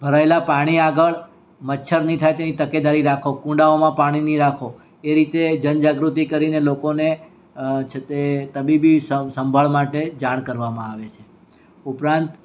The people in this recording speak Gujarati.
ભરાયેલાં પાણી આગળ મચ્છર ન થાય તેની તકેદારી રાખો કુંડાઓમાં પાણી નહીં રાખો એ રીતે જનજાગૃતિ કરીને લોકોને છે તે તબીબી સંભાળ માટે જાણ કરવામાં આવે છે ઉપરાંત